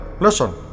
Listen